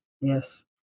Yes